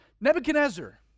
Nebuchadnezzar